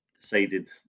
decided